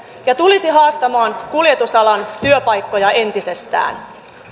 ja tulisi haastamaan kuljetusalan työpaikkoja entisestään